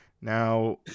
Now